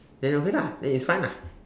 then okay lah then it's fine lah